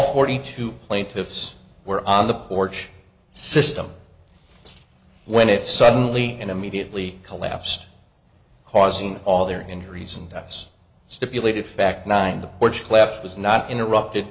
forty two plaintiffs were on the porch system when it suddenly and immediately collapsed causing all their injuries and deaths stipulated fact nine the bridge collapse was not interrupted